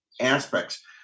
aspects